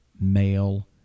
male